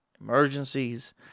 emergencies